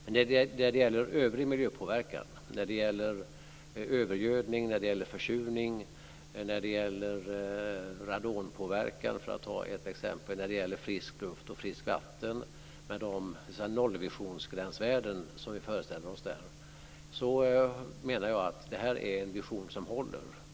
Men när det gäller övrig miljöpåverkan, övergödning, försurning, radonpåverkan, frisk luft och friskt vatten med de nollvisionsgränsvärden som vi föreställer oss där, menar jag att detta är en vision som håller.